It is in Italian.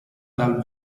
dal